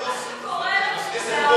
קורה באמריקה.